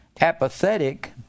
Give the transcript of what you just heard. Apathetic